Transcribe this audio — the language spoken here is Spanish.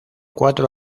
cuatro